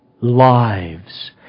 lives